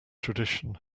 tradition